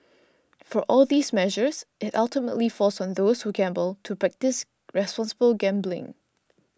for all these measures it ultimately falls on those who gamble to practise responsible gambling